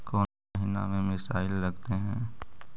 कौन महीना में मिसाइल लगते हैं?